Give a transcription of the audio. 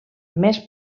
més